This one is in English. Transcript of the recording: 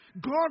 God